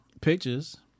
pictures